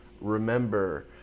remember